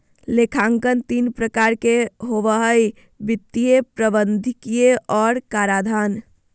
लेखांकन तीन प्रकार के होबो हइ वित्तीय, प्रबंधकीय और कराधान